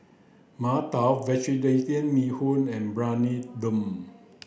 Mantou Vegetarian Bee Hoon and Briyani Dum